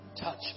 Touch